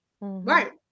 Right